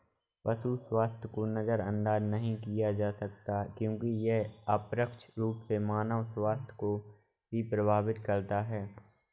पशु स्वास्थ्य को नजरअंदाज नहीं किया जा सकता क्योंकि यह अप्रत्यक्ष रूप से मानव स्वास्थ्य को भी प्रभावित करता है